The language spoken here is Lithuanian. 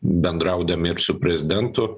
bendraudami ir su prezidentu